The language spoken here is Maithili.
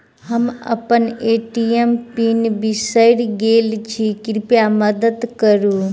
हम अप्पन ए.टी.एम पीन बिसरि गेल छी कृपया मददि करू